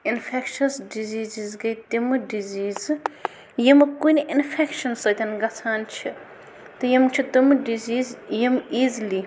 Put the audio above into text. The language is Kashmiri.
اِنفٮ۪کشَس ڈِزیٖزِز گٔے تِمہٕ ڈِزیٖزٕ یِمہٕ کُنہِ اِنفٮ۪کشَن سۭتۍ گژھان چھِ تہٕ یِم چھِ تِم ڈِزیٖز یِم ایٖزلی